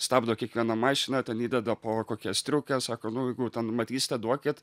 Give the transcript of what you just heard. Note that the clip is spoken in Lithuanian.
stabdo kiekvieną mašiną ten įdeda po kokią striukę sako nu jeigu nu matysite duokit